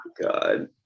god